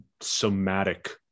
somatic